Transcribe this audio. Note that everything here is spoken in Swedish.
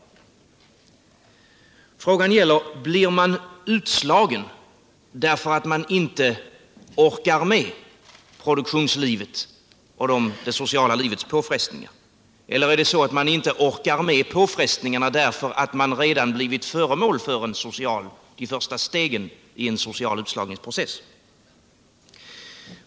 Frågan gäller: Blir man utslagen därför att man inte orkar med produktionslivets och det sociala livets påfrestningar, eller är det så att man inte orkar med påfrestningarna därför att man redan blivit föremål för de första stegen i en social utslagningsprocess?